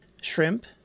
shrimp